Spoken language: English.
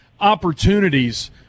opportunities